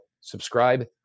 subscribe